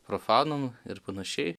profanam ir panašiai